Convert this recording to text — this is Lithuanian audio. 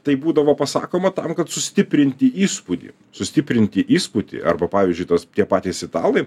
tai būdavo pasakoma tam kad sustiprinti įspūdį sustiprinti įspūdį arba pavyzdžiui tos tie patys italai